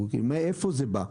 מאיפה זה בא.